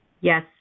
Yes